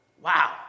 Wow